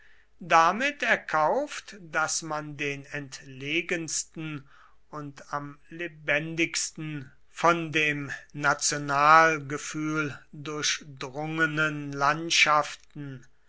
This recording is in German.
damit erkauft daß man den entlegensten und am lebendigsten von dem nationalgefühl durchdrungenen landschaften